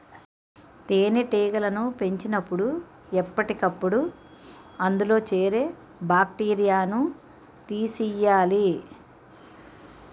తేనెటీగలను పెంచినపుడు ఎప్పటికప్పుడు అందులో చేరే బాక్టీరియాను తీసియ్యాలి